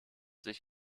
sich